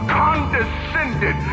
condescended